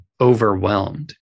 overwhelmed